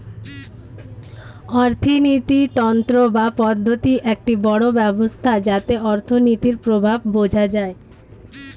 অর্থিনীতি তন্ত্র বা পদ্ধতি একটি বড় ব্যবস্থা যাতে অর্থনীতির প্রভাব বোঝা যায়